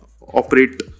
operate